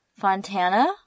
Fontana